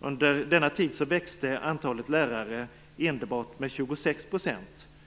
Under denna tid växte antalet lärare med enbart 26 %.